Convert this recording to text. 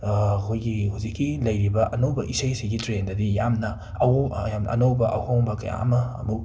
ꯑꯩꯈꯣꯏꯒꯤ ꯍꯧꯖꯤꯀꯤ ꯂꯩꯔꯤꯕ ꯑꯅꯧꯕ ꯏꯁꯩꯁꯤꯒꯤ ꯇ꯭ꯔꯦꯟꯗꯗꯤ ꯌꯥꯝꯅ ꯑꯋꯣ ꯌꯥꯝꯅ ꯑꯅꯧꯕ ꯑꯍꯣꯡꯕ ꯀꯌꯥ ꯑꯃ ꯑꯃꯨꯛ